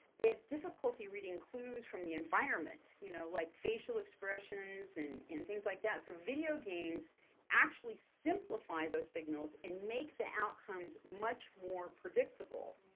they have difficulty reading clues from the environment, you know like facial expressions and and things like that, so video games actually simplify those signals and make the outcomes much more predictable.